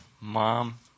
mom